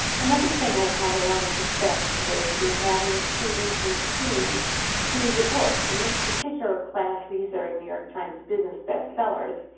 another thing i've had a lot of success with is having students in teams choose a book. in this particular class, these are new york times business bestsellers.